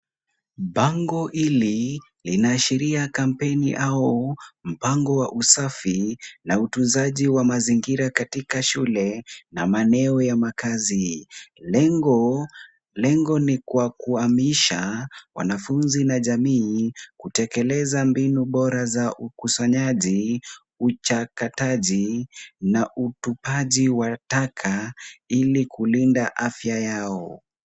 Bango hili linaashiria kampeni au mpango wa usafi na utunzaji wa mazingira katika shule na maeneo ya makaazi. Lengo, lengo ni kwa kuamisha wanafunzi na jamii kutekeleza mbinu bora za ukusanyaji, uchakataji na utupaji wa taka ili kulinda afya yao.